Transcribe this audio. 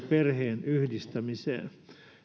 perheenyhdistämiseen